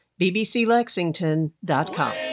bbclexington.com